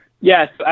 yes